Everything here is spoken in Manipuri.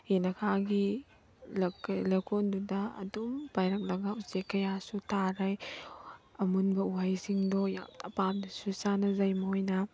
ꯌꯦꯅꯈꯥꯒꯤ ꯂꯧꯀꯣꯟꯗꯨꯗ ꯑꯗꯨꯝ ꯄꯥꯏꯔꯛꯂꯒ ꯎꯆꯦꯛ ꯀꯌꯥꯁꯨ ꯇꯥꯔꯩ ꯑꯃꯨꯟꯕ ꯎꯍꯩꯁꯤꯡꯗꯣ ꯌꯥꯝꯅ ꯄꯥꯝꯅꯁꯨ ꯆꯥꯅꯖꯩ ꯃꯣꯍꯣꯏꯅ